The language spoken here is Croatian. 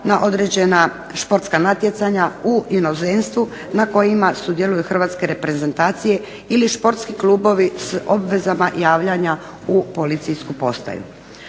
na određena športska natjecanja u inozemstvu na kojima sudjeluju hrvatske reprezentacije ili športski klubovi s obvezama javljanja u policijsku postaju.